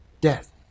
Death